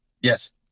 Yes